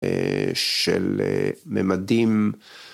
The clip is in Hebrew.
של מימדים.